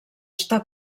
està